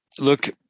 look